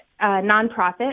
nonprofit